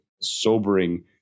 sobering